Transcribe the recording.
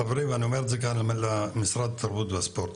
חברים, אני אומר את זה למשרד התרבות והספורט,